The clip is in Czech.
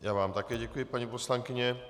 Já vám také děkuji, paní poslankyně.